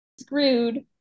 screwed